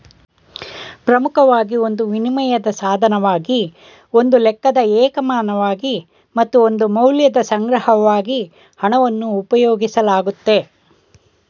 ಪ್ರಮುಖವಾಗಿ ಒಂದು ವಿನಿಮಯದ ಸಾಧನವಾಗಿ ಒಂದು ಲೆಕ್ಕದ ಏಕಮಾನವಾಗಿ ಮತ್ತು ಒಂದು ಮೌಲ್ಯದ ಸಂಗ್ರಹವಾಗಿ ಹಣವನ್ನು ಉಪಯೋಗಿಸಲಾಗುತ್ತೆ